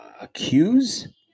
accuse